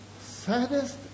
saddest